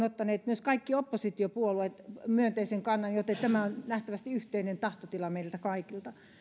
ottaneet myös kaikki oppositiopuolueet myönteisen kannan joten tämä on nähtävästi yhteinen tahtotila meiltä kaikilta